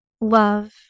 love